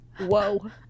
whoa